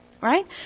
Right